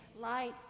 light